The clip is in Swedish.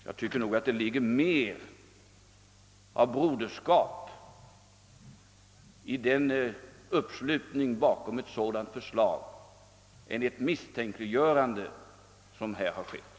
Jag tycker faktiskt att det ligger mer av broderskap i en uppslutning bakom ett sådant förslag än i det misstänkliggörande som här har förekommit.